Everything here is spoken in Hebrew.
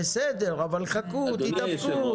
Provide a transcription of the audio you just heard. בסדר, אבל חכו, תתאפקו.